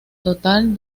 total